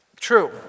True